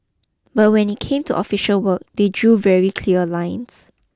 but when it came to official work they drew very clear lines